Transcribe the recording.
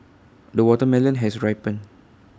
the watermelon has ripened